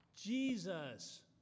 Jesus